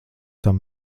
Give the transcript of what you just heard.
tam